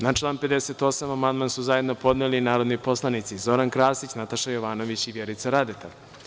Na član 58. amandman su zajedno podneli narodni poslanici Zoran Krasić, Nataša Jovanović i Vjerica Radeta.